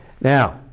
now